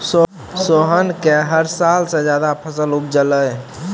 सोहन कॅ हर साल स ज्यादा फसल उपजलै